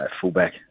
fullback